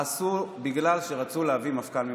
בגלל שרצו להביא מפכ"ל מבחוץ,